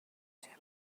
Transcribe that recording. بچه